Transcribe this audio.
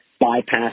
bypass